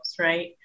right